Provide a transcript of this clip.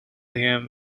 him